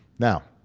now,